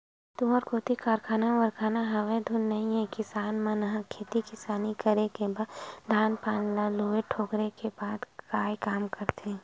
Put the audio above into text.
तुँहर कोती कारखाना वरखाना हवय धुन नइ हे किसान मन ह खेती किसानी करे के बाद धान पान ल लुए टोरे के बाद काय काम करथे?